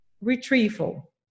retrieval